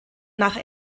nach